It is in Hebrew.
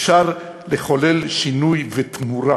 אפשר לחולל שינוי ותמורה.